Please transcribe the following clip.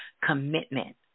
commitment